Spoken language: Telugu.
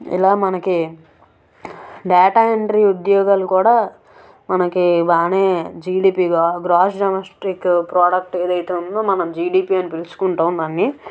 ఇలా మనకి డేటా ఎంట్రీ ఉద్యోగాలు కూడా మనకి బాగానే జీడీపీ ద్వారా గ్రాస్ డొమెస్టిక్ ప్రోడక్ట్ ఏది అయితే ఉందో మనం జీడీపీ అని పిలుచుకుంటాము దాన్ని